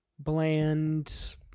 Bland